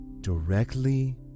directly